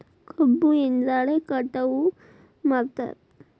ಕಬ್ಬು ಎದ್ರಲೆ ಕಟಾವು ಮಾಡ್ತಾರ್?